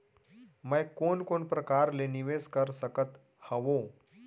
मैं कोन कोन प्रकार ले निवेश कर सकत हओं?